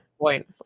point